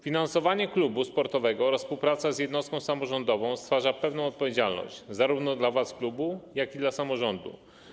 Finansowanie klubu sportowego oraz współpraca z jednostką samorządową stwarzają pewną odpowiedzialność - zarówno dla władz klubu, jak i dla samorządu.